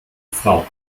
frau